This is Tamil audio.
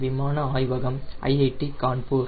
விமான ஆய்வகம் IIT கான்பூர்